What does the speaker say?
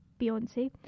Beyonce